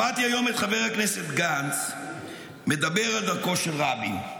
שמעתי היום את חבר הכנסת גנץ מדבר על דרכו של רבין.